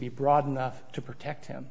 be broad enough to protect him